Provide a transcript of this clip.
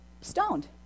stoned